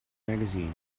magazine